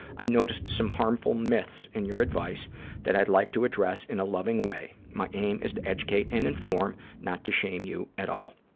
i noticed some harmful myths in your advice that i'd like to address in a loving way. my aim is to educate and inform, not to shame you at all.